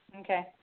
Okay